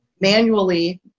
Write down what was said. manually